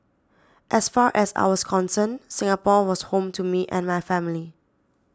as far as I was concerned Singapore was home to me and my family